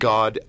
God